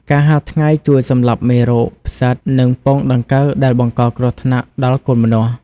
ការហាលថ្ងៃជួយសម្លាប់មេរោគ ផ្សិត និងពងដង្កូវដែលបង្កគ្រោះថ្នាក់ដល់កូនម្នាស់។